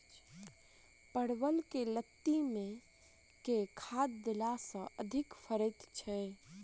परवल केँ लाती मे केँ खाद्य देला सँ अधिक फरैत छै?